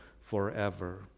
forever